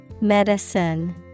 Medicine